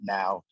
now